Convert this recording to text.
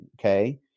okay